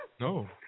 No